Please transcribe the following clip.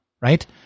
right